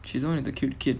she only with the cute kid